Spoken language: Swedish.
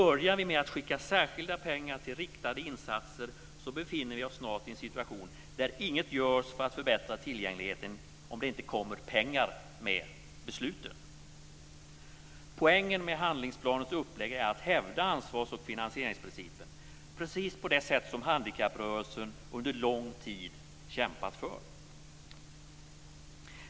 Börjar vi skicka särskilda pengar till riktade insatser befinner vi oss snart i en situation där inget görs för att förbättra tillgängligheten om det inte kommer pengar med besluten. Poängen med handlingsplanens upplägg är att hävda ansvars och finansieringsprincipen, precis på det sätt som handikapprörelsen under lång tid kämpat för.